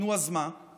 נו, אז מה?